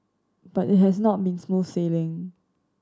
but it has not been smooth sailing